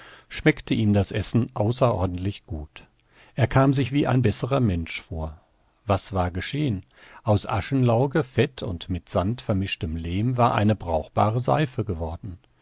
schmeckte ihm das essen außerordentlich gut er kam sich wie ein besserer mensch vor was war geschehen aus aschenlauge fett und mit sand vermischtem lehm war eine brauchbare seife geworden